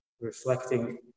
reflecting